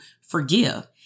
forgive